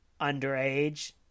underage